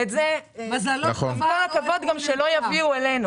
עם כל הכבוד, שלא יביאו אלינו.